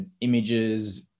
images